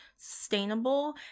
sustainable